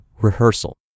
rehearsal